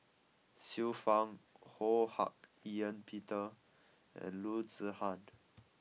Xiu Fang Ho Hak Ean Peter and Loo Zihan